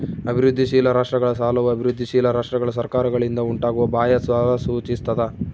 ಅಭಿವೃದ್ಧಿಶೀಲ ರಾಷ್ಟ್ರಗಳ ಸಾಲವು ಅಭಿವೃದ್ಧಿಶೀಲ ರಾಷ್ಟ್ರಗಳ ಸರ್ಕಾರಗಳಿಂದ ಉಂಟಾಗುವ ಬಾಹ್ಯ ಸಾಲ ಸೂಚಿಸ್ತದ